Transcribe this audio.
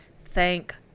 Thank